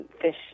fish